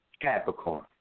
Capricorn